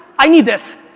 i need this.